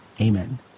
Amen